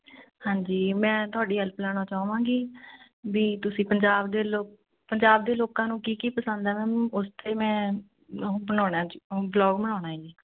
ਹਾਂਜੀ ਮੈਂ ਤੁਹਾਡੀ ਹੈਲਪ ਲੈਣਾ ਚਾਵਾਂਗੀ ਵੀ ਤੁਸੀਂ ਪੰਜਾਬ ਦੇ ਲੋ ਪੰਜਾਬ ਦੇ ਲੋਕਾਂ ਨੂੰ ਕੀ ਕੀ ਪਸੰਦ ਹੈ ਮੈਮ ਉਥੇ ਮੈਂ ਉਹ ਬਣਾਉਣਾ ਜੀ ਬਲੋਗ ਬਣਾਉਣਾ ਹੈ ਜੀ